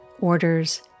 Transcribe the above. orders